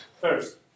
first